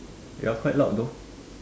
you are quite loud though